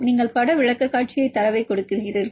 நீங்கள் பட விளக்கக்காட்சியை தரவைக் கொடுக்கிறீர்கள்